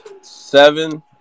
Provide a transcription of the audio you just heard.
seven